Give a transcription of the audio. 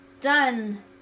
done